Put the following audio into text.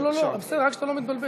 לא, בסדר, רק שאתה לא מתבלבל.